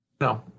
no